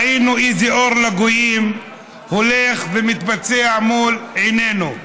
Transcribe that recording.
ראינו איזה אור לגויים הולך ומתבצע מול עינינו.